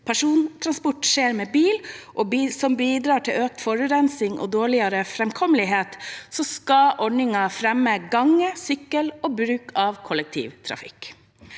persontransport skjer med bil, som bidrar til økt forurensing og dårligere framkommelighet, skal ordningen fremme gange, sykkel og bruk av kollektivtrafikk.